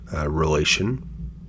relation